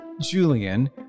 Julian